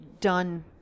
done